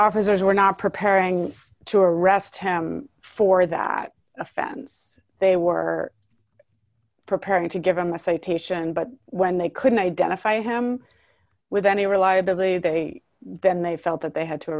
officers were not preparing to arrest him for that offense they were preparing to give him the citation but when they couldn't identify him with any reliability they then they felt that they had to